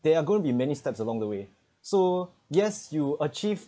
there are gonna be many steps along the way so yes you achieve